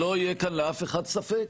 שלא יהיה כאן לאף אחד ספק.